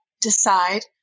decide